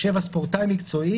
התשמ״א-1981; (7) ספורטאי מקצועי,